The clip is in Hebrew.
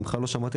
ממך לא שמעתי.